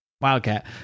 Wildcat